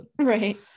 Right